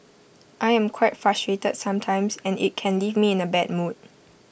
I am quite frustrated sometimes and IT can leave me in A bad mood